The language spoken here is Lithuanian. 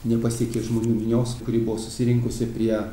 nepasiekė žmonių minios kuri buvo susirinkusi prie